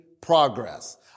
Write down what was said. progress